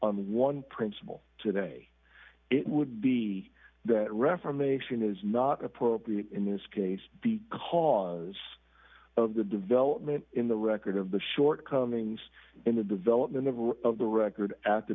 on one principle today it would be the reformation is not appropriate in this case because of the development in the record of the shortcomings in the development of the record at the